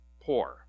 poor